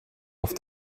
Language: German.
auf